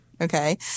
Okay